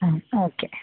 okay